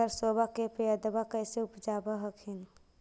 सरसोबा के पायदबा कैसे उपजाब हखिन?